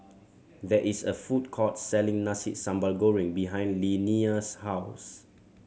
there is a food court selling Nasi Sambal Goreng behind Linnea's house